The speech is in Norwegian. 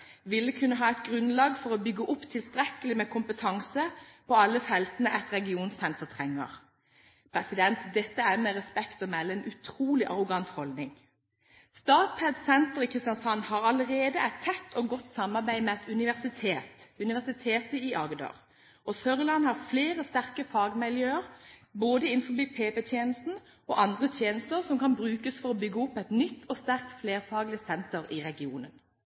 vil kunne ha et grunnlag for å bygge opp tilstrekkelig med kompetanse på alle feltene et regionsenter trenger. Dette er med respekt å melde en utrolig arrogant holdning. Statpeds senter i Kristiansand har allerede et tett og godt samarbeid med et universitet, Universitet i Agder, og Sørlandet har flere sterke fagmiljøer både innenfor PP-tjenesten og andre tjenester som kan brukes for å bygge opp et nytt og sterkt flerfaglig senter i regionen.